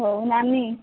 ହଉ ନାନୀ